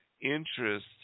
interest